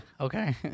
okay